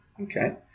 Okay